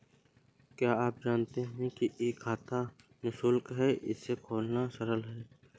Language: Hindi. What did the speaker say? क्या आप जानते है ई बीमा खाता निशुल्क है, इसे खोलना सरल है?